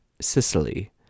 sicily